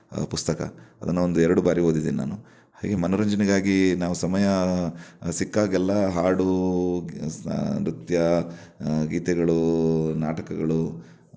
ಪುಸ್ತಕ ಅದನ್ನು ಒಂದೆರಡು ಬಾರಿ ಓದಿದ್ದೀನಿ ನಾನು ಹಾಗೆ ಮನೋರಂಜನೆಗಾಗಿ ನಾವು ಸಮಯ ಸಿಕ್ಕಾಗೆಲ್ಲ ಹಾಡು ನೃತ್ಯ ಗೀತೆಗಳು ನಾಟಕಗಳು